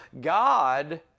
God